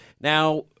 Now